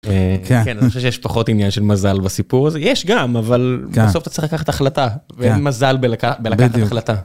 יש פחות עניין של מזל בסיפור הזה יש גם אבל בסוף אתה צריך לקחת החלטה ואין מזל בלקחת החלטה.